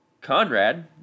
Conrad